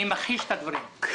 אני מכחיש את הדברים.